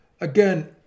again